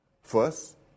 First